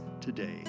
today